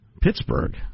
Pittsburgh